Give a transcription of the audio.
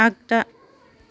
आगदा